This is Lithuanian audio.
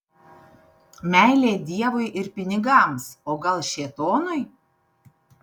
meilė dievui ir pinigams o gal šėtonui